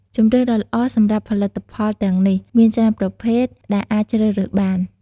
ជម្រើសដ៏ល្អសម្រាប់ផលិតផលទាំងនេះ មានច្រើនប្រភេទដែលអាចជ្រើសរើសបាន។